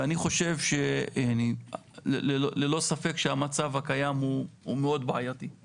ואני חושב שללא ספק המצב הקיים הוא בעייתי מאוד